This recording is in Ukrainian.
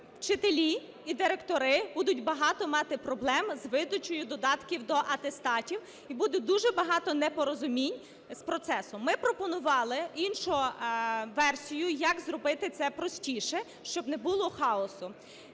вчителі і директори будуть багато мати проблем з видачею додатків до атестатів, і буде дуже багато непорозумінь з процесом. Ми пропонували іншу версію, як зробити це простіше, щоб не було хаосу.